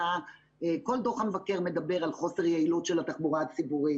כל דוח המבקר מדבר על חוסר יעילות של התחבורה הציבורית,